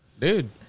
dude